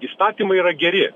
įstatymai yra geri